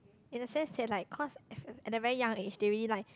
in a sense they like cause at fir~ at a very young age they already like